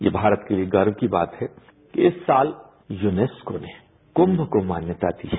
ये भारत के लिए गर्व की बात है कि इस साल यूनेस्को ने कुंभ को मान्यता दी है